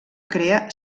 crea